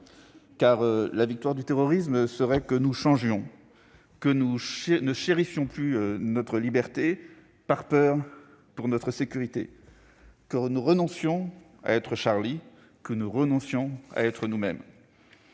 Car la victoire du terrorisme, mes chers collègues, serait que nous changions, que nous ne chérissions plus notre liberté par peur pour notre sécurité, que nous renoncions à « être Charlie », que nous renoncions à être nous-mêmes.